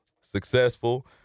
Successful